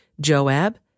Joab